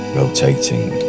rotating